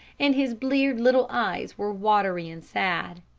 and his bleared little eyes were watery and sad.